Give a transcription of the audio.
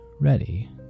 ready